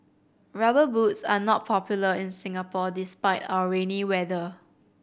Rubber Boots are not popular in Singapore despite our rainy weather